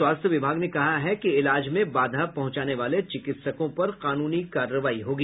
स्वास्थ्य विभाग ने कहा है कि इलाज में बाधा पहुंचाने वाले चिकित्सकों पर कानूनी कार्रवाई होगी